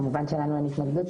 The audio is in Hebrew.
כמובן שלנו אין התנגדות.